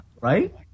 right